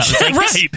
Right